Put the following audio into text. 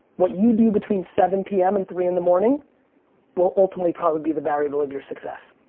what you do between seven p m. and three in the morning will ultimately probably be the variable of your success.